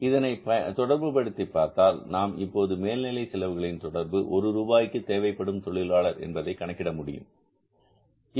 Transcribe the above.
இதை தொடர்புபடுத்திப் பார்த்தால் நாம் இப்போது மேல்நிலை செலவுகளின் தொடர்பு ஒரு ரூபாய்க்குதேவைப்படும் தொழிலாளர் என்பதை கணக்கிட போகிறோம்